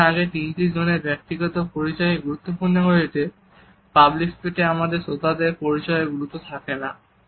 যেখানে আগে তিনটি জোনে ব্যক্তিগত পরিচয় গুরুত্বপূর্ণ হয়ে ওঠে পাবলিক স্পেসে আমাদের কাছে শ্রোতাদের পরিচয়এর গুরুত্ব থাকেনা